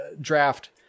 draft